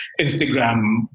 Instagram